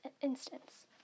instance